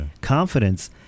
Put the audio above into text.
confidence